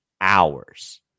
hours